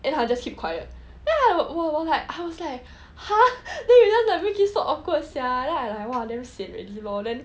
then he just keep quiet then like I was like !huh! then you just like make it so awkward sia lah like !wah! damn sian already lor then